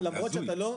הזוי.